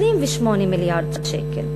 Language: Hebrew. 28 מיליארד שקל.